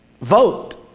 vote